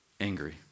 angry